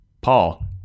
Paul